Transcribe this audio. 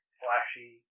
flashy